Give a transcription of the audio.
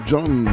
John